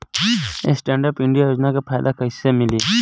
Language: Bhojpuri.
स्टैंडअप इंडिया योजना के फायदा कैसे मिली?